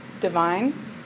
divine